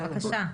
בבקשה.